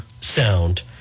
sound